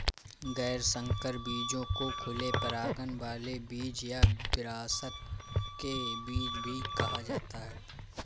गैर संकर बीजों को खुले परागण वाले बीज या विरासत के बीज भी कहा जाता है